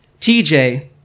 TJ